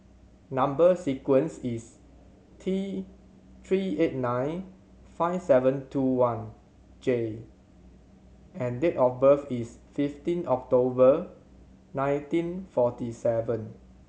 number sequence is T Three eight nine five seven two one J and date of birth is fifteen October nineteen forty seven